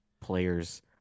players